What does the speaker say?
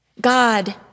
God